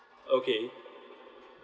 okay